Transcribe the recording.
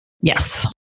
Yes